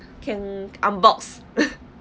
can unbox